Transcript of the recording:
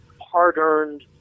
hard-earned